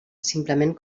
simplement